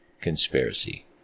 conspiracy